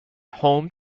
home